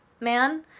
man